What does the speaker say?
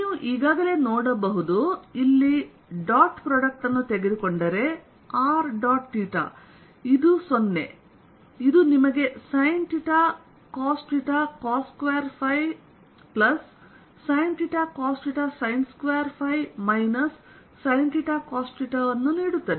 ನೀವು ಈಗಾಗಲೇ ನೋಡಬಹುದು ಇಲ್ಲಿ ಡಾಟ್ ಪ್ರಾಡಕ್ಟ್ ಅನ್ನು ತೆಗೆದುಕೊಂಡರೆ r ಡಾಟ್ ಇದು 0 ಇದು ನಿಮಗೆ sinθcos ϕ ಪ್ಲಸ್sinθcos ϕ ಮೈನಸ್sinθ cosθ ನೀಡುತ್ತದೆ